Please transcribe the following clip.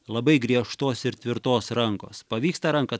labai griežtos ir tvirtos rankos pavyks tą ranką